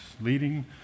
leading